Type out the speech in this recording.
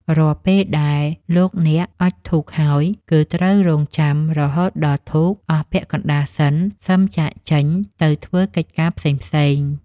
រាល់ពេលដែលលោកអ្នកអុជធូបហើយ គឺត្រូវរង់ចាំរហូតដល់ធូបអស់ពាក់កណ្តាលសិនសឹមចាកចេញទៅធ្វើកិច្ចការផ្សេង។